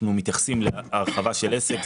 אנחנו מתייחסים להרחבה של עסק.